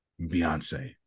Beyonce